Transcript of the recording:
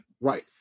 right